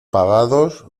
pagados